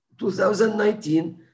2019